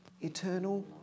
Eternal